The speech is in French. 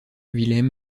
wilhelm